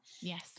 yes